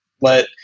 let